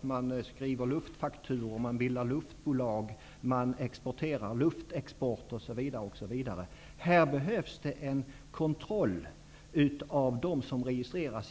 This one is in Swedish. Man skriver luftfakturor, bildar luftbolag, bedriver luftexport osv. Här behövs en kontroll av dem som registreras